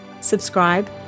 subscribe